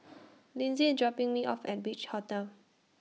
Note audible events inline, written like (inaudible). (noise) Linzy IS dropping Me off At Beach Hotel